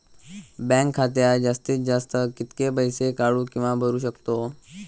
Bank खात्यात जास्तीत जास्त कितके पैसे काढू किव्हा भरू शकतो?